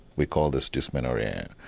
we call this dysmenorrhea.